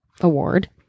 award